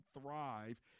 Thrive